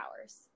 hours